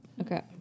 Okay